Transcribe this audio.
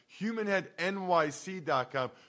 HumanHeadNYC.com